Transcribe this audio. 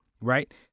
Right